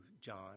John